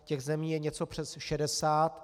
Těch zemí je něco přes 60.